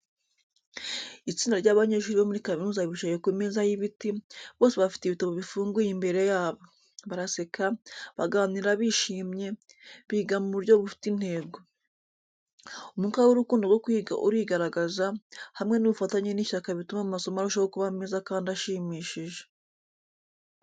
Itsinda ry’abanyeshuri bo muri kaminuza bicaye ku meza y’ibiti, bose bafite ibitabo bifunguye imbere yabo. Baraseka, baganira bishimye, biga mu buryo bufite intego. Umwuka w’urukundo rwo kwiga urigaragaza, hamwe n’ubufatanye n’ishyaka bituma amasomo arushaho kuba meza kandi ashimishije.